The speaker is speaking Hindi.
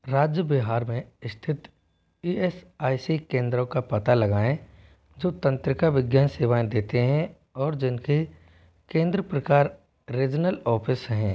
राज्य बिहार में स्थित ई एस आई सी केंद्रों का पता लगाएँ जो तंत्रिका विज्ञान सेवाएँ देते हें और जिनके केंद्र प्रकार रीजनल ऑफिस हैं